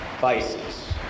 vices